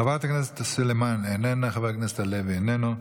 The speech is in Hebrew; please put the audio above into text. חברת הכנסת סלימאן, איננה, חבר הכנסת הלוי, איננו,